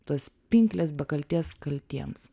tas pinkles be kaltės kaltiems